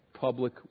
public